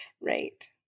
Right